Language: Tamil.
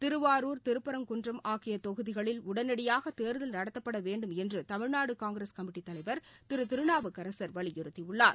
திருவாரூர் திருப்பரங்குன்றம் ஆகிய தொகுதிகளில் உடனடியாக தேர்தல் நடத்தப்பட வேண்டும் என்று தமிழ்நாடு காங்கிரஸ் கமிட்டி தலைவர் திரு திருநாவுக்கரசர் வலியுறுத்தியுள்ளார்